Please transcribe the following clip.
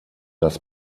das